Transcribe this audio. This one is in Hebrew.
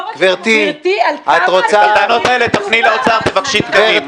גברתי --- את הטענות האלה תפני לאוצר ותבקשי תקנים.